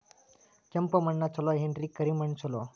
ಕೆಂಪ ಮಣ್ಣ ಛಲೋ ಏನ್ ಕರಿ ಮಣ್ಣ ಛಲೋ?